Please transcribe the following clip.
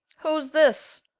who's this?